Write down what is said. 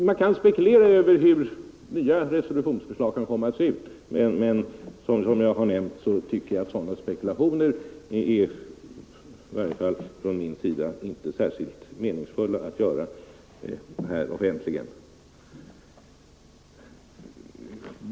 Man kan spekulera över hur nya resolutionsförslag kan komma att se ut, men som jag nämnt tycker jag inte att det skulle vara särskilt meningsfullt från min sida att göra sådana spekulationer här offentligen.